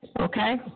Okay